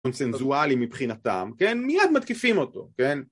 קונצנזואלי מבחינתם, כן? מיד מתקיפים אותו, כן?